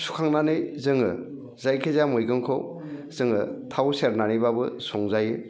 सुखांनानै जोङो जायखि जाया मैगंखौ जोङो थाव सेरनानैबाबो संजायो